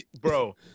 Bro